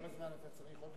כמה זמן אתה צריך עוד?